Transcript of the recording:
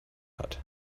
hat